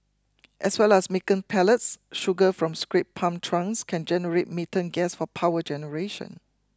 as well as making pellets sugar from scraped palm trunks can generate gas for power generation